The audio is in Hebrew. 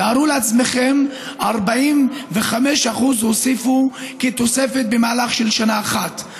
תארו לעצמכם, הוסיפו 45% תוספת במהלך שנה אחת.